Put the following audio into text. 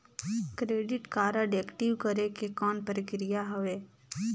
Credit card active करे के कौन प्रक्रिया हवे?